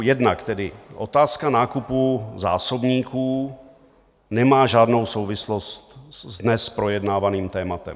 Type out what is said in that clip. Jednak tedy otázka nákupu zásobníků nemá žádnou souvislost s dnes projednávaným tématem.